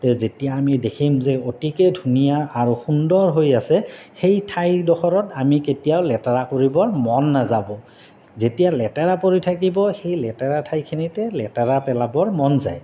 তে যেতিয়া আমি দেখিম যে অতিকৈ ধুনীয়া আৰু সুন্দৰ হৈ আছে সেই ঠাইডোখৰত আমি কেতিয়াও লেতেৰা কৰিবৰ মন নাযাব যেতিয়া লেতেৰা পৰি থাকিব সেই লেতেৰা ঠাইখিনিতে লেতেৰা পেলাবৰ মন যায়